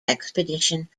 expedition